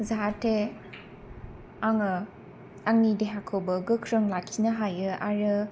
जाहाथे आङो आंनि देहाखौबो गोख्रों लाखिनो हायो आरो